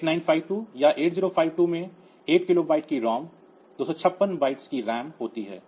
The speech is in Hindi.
8952 या 8052 में 8 किलोबाइट की रोम 256 बाइट्स की रैम होती है